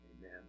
amen